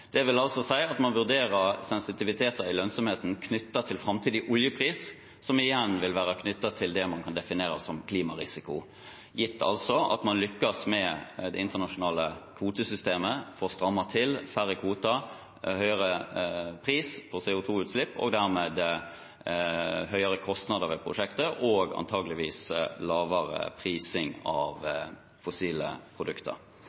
Det vil altså si at man vurderer sensitivitet i lønnsomheten knyttet til framtidig oljepris, som igjen vil være knyttet til det man kan definere som klimarisiko, gitt at man lykkes med det internasjonale kvotesystemet for å stramme til: færre kvoter, høyere pris på CO 2 -utslipp og dermed høyere kostnader ved prosjektet – og antakeligvis lavere prising av fossile produkter.